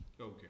Okay